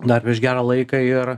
dar prieš gerą laiką ir